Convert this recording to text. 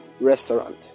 restaurant